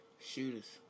shooters